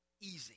easy